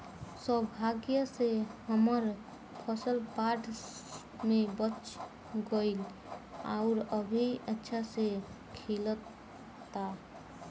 सौभाग्य से हमर फसल बाढ़ में बच गइल आउर अभी अच्छा से खिलता